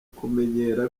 kumenyera